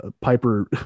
piper